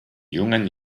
jungen